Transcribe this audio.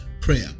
prayer